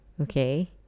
Okay